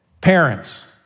Parents